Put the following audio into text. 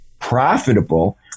profitable